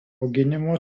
auginimo